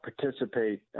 participate